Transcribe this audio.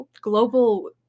global